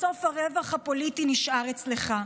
בסוף הרווח הפוליטי נשאר אצלך.